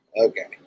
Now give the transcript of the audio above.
Okay